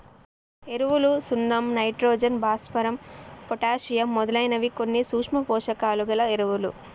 ఎరువులు సున్నం నైట్రోజన్, భాస్వరం, పొటాషియమ్ మొదలైనవి కొన్ని సూక్ష్మ పోషకాలు గల ఎరువులు